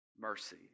mercy